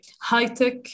high-tech